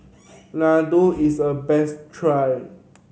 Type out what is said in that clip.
laddu is a best try